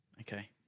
Okay